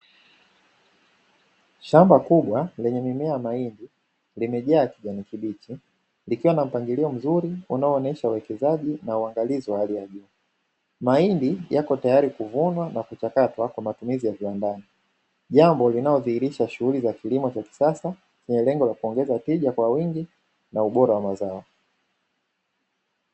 Shamba kubwa lenye mimea ya mahindi limejaa kijani kibichi likiwa na mpangilio mzuri unaoonyesha uwekezaji na uangalizi wa hali ya juu, mahindi yako tayari kuvunwa na kuchakatwa kwa matumizi ya viwandani jambo linalodhihirisha shughuli za kilimo cha kisasa chenye lengo la kuongeza tija kwa wingi na ubora wa mazao.